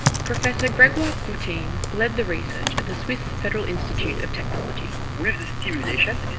professor gregoire courtine led the research at the swiss federal institute of technology. with the stimulation,